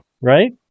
Right